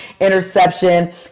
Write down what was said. interception